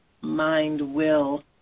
mind-will